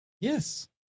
Yes